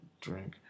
drink